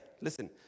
Listen